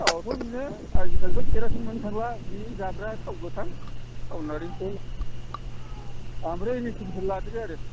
थावाबो बेनो आजिखालिथ' खेरासिन मोननो थांला बे जाग्रा थाव गोथां थाव नारेंखल ओमफ्राय रेफाइनफोर लादेरो आरो